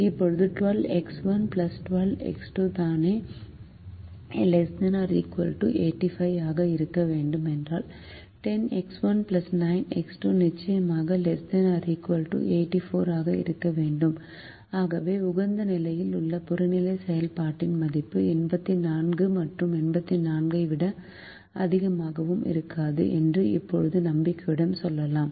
இப்போது 12X1 12X2 தானே ≤ 84 ஆக இருக்க வேண்டும் என்றால் 10X1 9X2 நிச்சயமாக ≤84 ஆக இருக்க வேண்டும் ஆகவே உகந்த நிலையில் உள்ள புறநிலை செயல்பாட்டின் மதிப்பு 84 மற்றும் 84 ஐ விட அதிகமாக இருக்காது என்று இப்போது நம்பிக்கையுடன் சொல்லலாம்